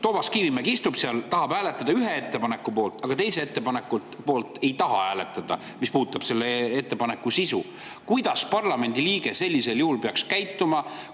Toomas Kivimägi istub seal, tahab hääletada ühe ettepaneku poolt, aga teise ettepaneku poolt ei taha hääletada, mis puudutab selle ettepaneku sisu. Kuidas peaks parlamendiliige sellisel juhul käituma,